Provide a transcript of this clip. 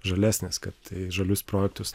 žalesnės kad tai žalius projektus